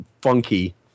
funky